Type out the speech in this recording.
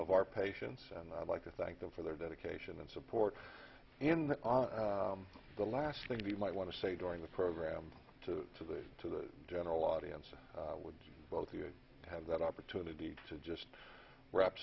of our patients and i'd like to thank them for their dedication and support in the last thing you might want to say during the program to to the to the general audience would both you have that opportunity to just wrap